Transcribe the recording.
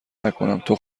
نکنم، تو